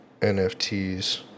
NFTs